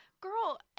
girl